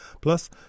Plus